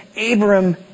Abram